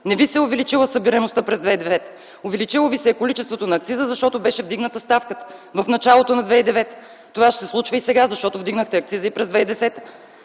Не ви се е увеличила събираемостта през 2009 г. Увеличило ви се е количеството на акциза, защото беше вдигната ставката в началото на 2009 г. Това ще се случва и сега, защото вдигнахте акциза и през 2010